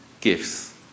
gifts